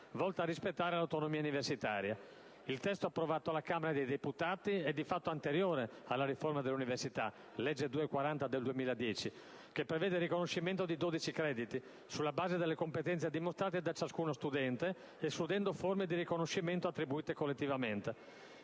volta a rispettare l'autonomia universitaria. Il testo approvato dalla Camera dei deputati è di fatto anteriore alla riforma dell'università (legge n. 240 del 2010), che prevede il riconoscimento di dodici crediti, sulla base delle competenze dimostrate da ciascuno studente, escludendo forme di riconoscimento attribuite collettivamente.